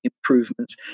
improvements